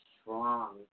strong